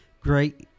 great